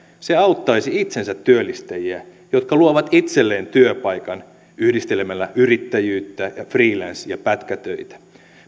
se auttaisi itsensätyöllistäjiä jotka luovat itselleen työpaikan yhdistelemällä yrittäjyyttä ja freelance ja pätkätöitä